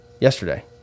Yesterday